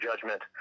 judgment